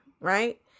right